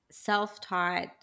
self-taught